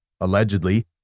Allegedly